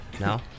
No